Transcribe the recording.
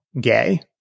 gay